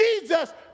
Jesus